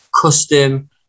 custom